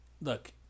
Look